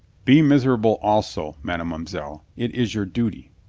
be mis erable also, mademoiselle. it is your duty.